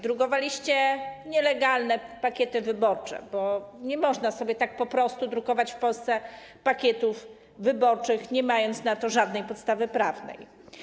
Drukowaliście nielegalne pakiety wyborcze, bo nie można sobie tak po prostu drukować w Polsce pakietów wyborczych, nie mając żadnej podstawy prawnej.